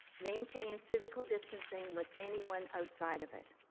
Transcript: maintain physical distancing with anyone outside of it.